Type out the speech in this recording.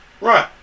right